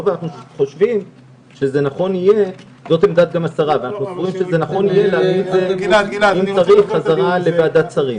וחושבים שנכון יהיה להביא את זה חזרה לוועדת שרים,